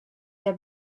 der